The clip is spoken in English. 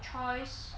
okay